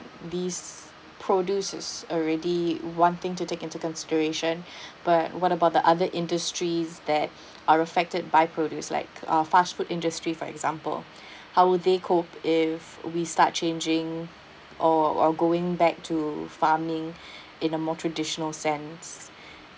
these produces already wanting to take into consideration but what about the other industries that are affected by produce like uh fast food industry for example how would they cope if we start changing or or going back to farming in a more traditional sense